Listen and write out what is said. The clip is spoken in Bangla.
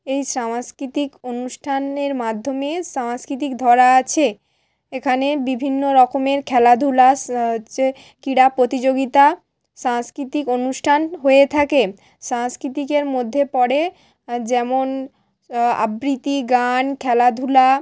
এই সস্কৃতিক অনুষ্ঠানের মাধ্যমে সংস্কৃতিক ধরা আছে এখানে বিভিন্ন রকমের খেলাধুলা হচ্ছে কীড়া প্রতিযোগিতা সাংস্কৃতিক অনুষ্ঠান হয়ে থাকে সাংস্কৃতিকের মধ্যে পড়ে যেমন আবৃতি গান খেলাধুলা